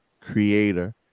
creator